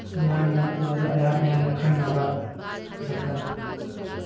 ꯃꯤꯌꯥꯝꯅ ꯎꯔꯒ ꯑꯩꯍꯥꯛꯅꯤ ꯍꯥꯏꯅ ꯈꯪꯅꯕ ꯊꯥꯒꯠꯄꯅꯤ